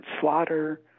Slaughter